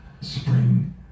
spring